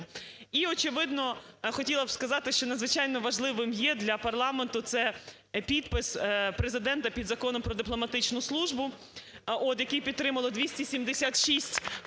І очевидно хотіла б сказати, що надзвичайно важливим є для парламенту це підпис Президента під Законом "Про дипломатичну службу", який підтримали 276 парламентарів.